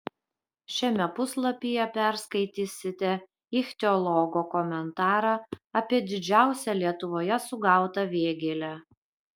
šiame puslapyje perskaitysite ichtiologo komentarą apie didžiausią lietuvoje sugautą vėgėlę